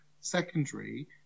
secondary